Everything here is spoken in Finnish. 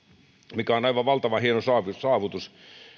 on aivan valtavan hieno saavutus saavutus